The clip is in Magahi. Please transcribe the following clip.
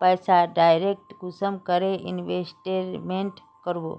पैसा डायरक कुंसम करे इन्वेस्टमेंट करबो?